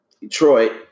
Detroit